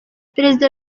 perezida